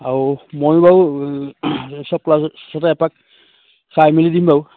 আৰু ময়ো বাৰু চব ক্লাছত এপাক চাই মেলি দিম বাৰু